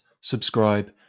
subscribe